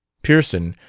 pearson,